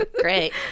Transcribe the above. Great